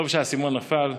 טוב שהאסימון נפל.